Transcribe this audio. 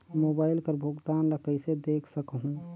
Mobile कर भुगतान ला कइसे देख सकहुं?